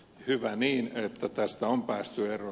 hyvä niin että tästä on päästy eroon